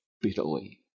bitterly